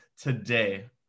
today